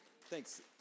Thanks